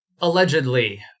allegedly